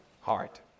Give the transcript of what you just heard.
heart